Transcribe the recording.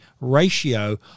ratio